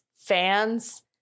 fans